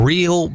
Real